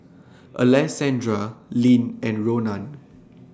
Alessandra Lyn and Ronan